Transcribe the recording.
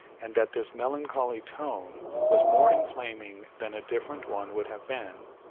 and that this melancholy tone was more inflaming than a different one would have been,